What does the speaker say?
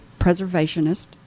preservationist